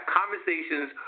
conversations